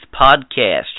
podcast